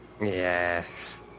Yes